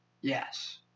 Yes